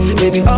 baby